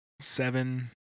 seven